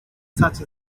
such